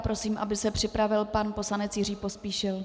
Prosím, aby se připravil pan poslanec Jiří Pospíšil.